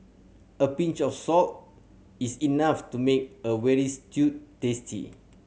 a pinch of salt is enough to make a veal stew tasty